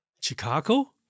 chicago